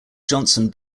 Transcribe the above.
johnson